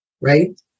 right